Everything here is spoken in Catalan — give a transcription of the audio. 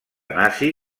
nazi